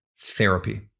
Therapy